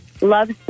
loves